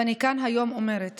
ואני כאן היום אומרת